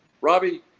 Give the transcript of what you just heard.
Robbie